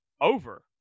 over